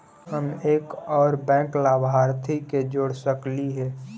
हम एक और बैंक लाभार्थी के जोड़ सकली हे?